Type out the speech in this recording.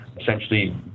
essentially